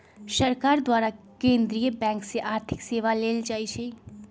सरकार द्वारा केंद्रीय बैंक से आर्थिक सेवा लेल जाइ छइ